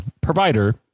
provider